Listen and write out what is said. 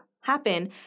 happen